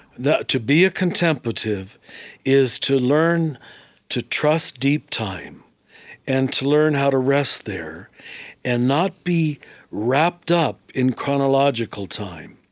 that to be a contemplative is to learn to trust deep time and to learn how to rest there and not be wrapped up in chronological time.